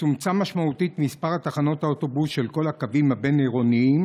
צומצם משמעותית מספר תחנות האוטובוס של כל הקווים הבין-עירוניים,